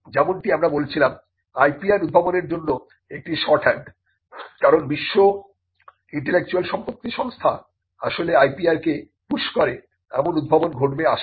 যেমনটি আমরা বলেছিলাম IPR উদ্ভাবনের জন্য একটি শর্ট হ্যান্ড কারণ বিশ্ব ইন্টেলেকচুয়াল সম্পত্তি সংস্থা আসলে IPR কে পুশ করে এবং উদ্ভাবন ঘটবে আশা করে